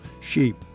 sheep